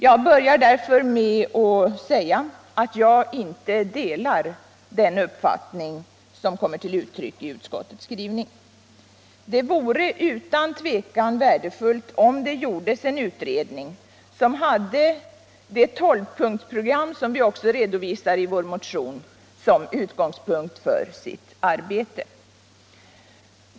Jag börjar därför med att säga att jag inte delar den uppfattning som kommer till uttryck i utskottets skrivning. Det vore utan tvivel värdefullt om det gjordes en utredning som hade det tolvpunktsprogram som vi också redovisar i vår motion till utgångspunkt för sitt arbete.